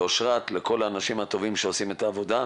אשרת ולכל האנשים הטובים שעושים את העבודה.